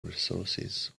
resources